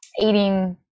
eating